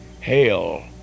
Hail